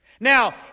Now